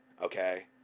okay